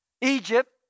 Egypt